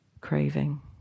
craving